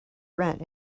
rent